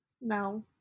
No